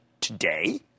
today